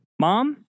mom